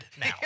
now